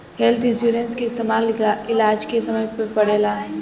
health insurance के इस्तमाल इलाज के समय में पड़ेला